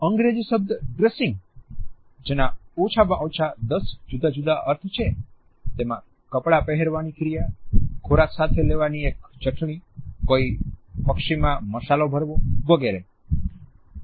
અંગ્રેજી શબ્દ ડ્રેસિંગ જેના ઓછામાં ઓછા દસ જુદા જુદા અર્થો છે તેમાં કપડા પહેરવાની ક્રિયા ખોરાક સાથે લેવાની એક ચટણી કોઈ પક્ષીમાં મસાલો ભરવો વગેરે